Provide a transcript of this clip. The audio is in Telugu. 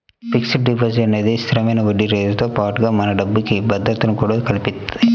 ఫిక్స్డ్ డిపాజిట్ అనేది స్థిరమైన వడ్డీరేటుతో పాటుగా మన డబ్బుకి భద్రతను కూడా కల్పిత్తది